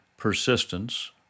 persistence